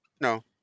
No